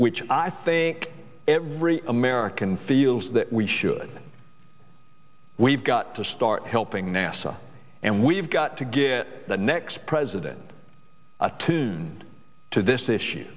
which i think every american feels that we should we've got to start helping nasa and we've got to get the next president attuned to this issue